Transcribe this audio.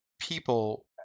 people